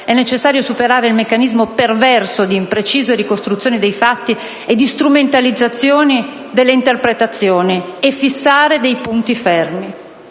è necessario superare il meccanismo perverso di imprecise ricostruzioni dei fatti, di strumentalizzazione delle interpretazioni e fissare dei punti fermi.